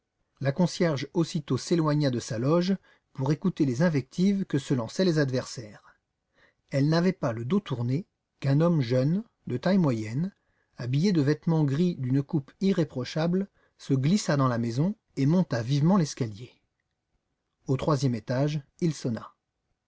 la concierge aussitôt s'éloigna de sa loge pour écouter les invectives que se lançaient les adversaires elle n'avait pas le dos tourné qu'un homme jeune de taille moyenne habillé de vêtements gris d'une coupe irréprochable se glissa dans la maison et monta vivement l'escalier au troisième étage il sonna